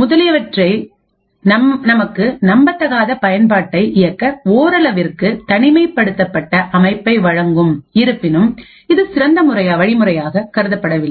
முதலியவை நமக்கு நம்பத்தகாத பயன்பாட்டை இயக்க ஓரளவிற்கு தனிமைப்படுத்தப்பட்ட அமைப்பை வழங்கும் இருப்பினும் இது சிறந்த வழிமுறையாக கருதப்படவில்லை